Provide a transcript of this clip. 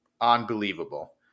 unbelievable